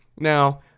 Now